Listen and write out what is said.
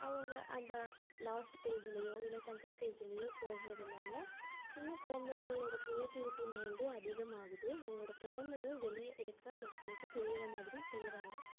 அவங்க அந்த லாஸ்ட் பேஜ்லையோ இல்லை சென்டர் பேஜ்லையோ போடுகிறதுனால சின்ன குழந்தைகளோட கிரியேட்டிவிட்டி மைண்டும் அதிகமாகுது அவங்களோட திறமையும் வெளியே இருக்க மக்களுக்கு தெரிகிற மாதிரி செய்யறாங்க